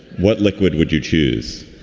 what liquid would you choose?